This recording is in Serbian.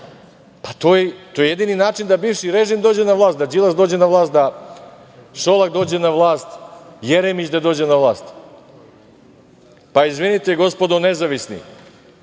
vlast. To je jedini način da bivši režim dođe na vlast, da Đilas dođe na vlast, da Šolak dođe na vlast, Jeremić da dođe na vlast. Pa, izvinite gospodo nezavisni,